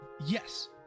Yes